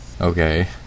Okay